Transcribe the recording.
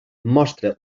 mostra